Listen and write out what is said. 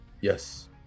Yes